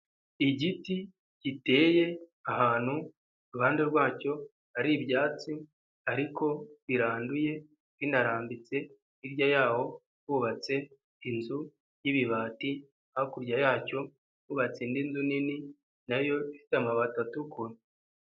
Igiti giteye ahantu iruhande rwacyo hari ibyatsi ariko biranduye binarambitse, hirya yaho hubatse inzu y'ibibati, hakurya yacyo hubatse indi inzu nini nayo ifite amabati atukura.